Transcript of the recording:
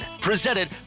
Presented